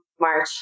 March